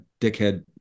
dickhead